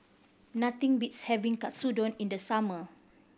nothing beats having Katsudon in the summer